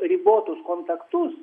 ribotus kontaktus